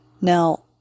Now